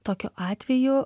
tokiu atveju